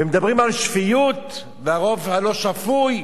ומדברים על שפיות והרוב הלא-שפוי,